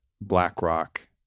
BlackRock